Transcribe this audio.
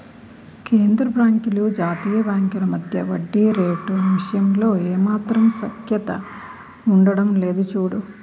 కేంద్రబాంకులు జాతీయ బాంకుల మధ్య వడ్డీ రేటు విషయంలో ఏమాత్రం సఖ్యత ఉండడం లేదు చూడు